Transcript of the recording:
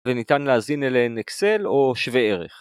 וניתן להזין אליהן אקסל או שווה ערך